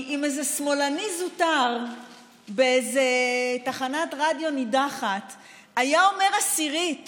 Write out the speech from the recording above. כי אם איזה שמאלני זוטר באיזו תחנת רדיו נידחת היה אומר עשירית